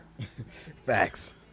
Facts